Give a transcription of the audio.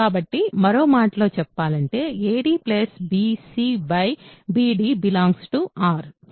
కాబట్టి మరో మాటలో చెప్పాలంటే ad bc bd R